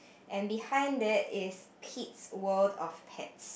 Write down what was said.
and behind there is Pete's World of Pets